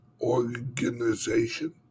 organization